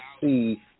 see